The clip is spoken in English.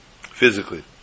physically